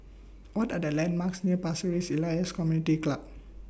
What Are The landmarks near Pasir Ris Elias Community Club